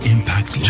Impact